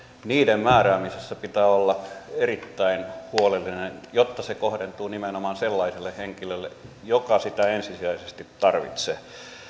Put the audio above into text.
sen määräämisessä pitää olla erittäin huolellinen jotta se kohdentuu nimenomaan sellaiselle henkilölle joka sitä ensisijaisesti tarvitsee